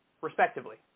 respectively